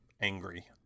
angry